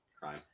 crime